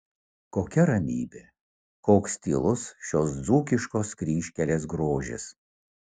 kokia ramybė koks tylus šios dzūkiškos kryžkelės grožis